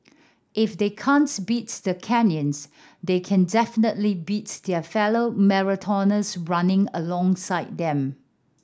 if they can't beat the Kenyans they can definitely beat their fellow marathoners running alongside them